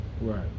right